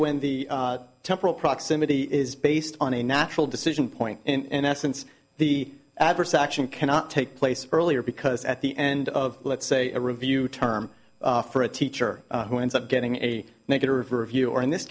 when the temporal proximity is based on a natural decision point in essence the adverse action cannot take place earlier because at the end of let's say a review term for a teacher who ends up getting a negative review or in this